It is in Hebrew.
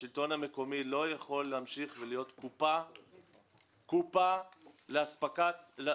השלטון המקומי לא יכול להמשיך להיות קופה לאספקת שירותי דת,